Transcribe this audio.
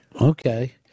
Okay